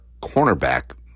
cornerback